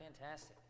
Fantastic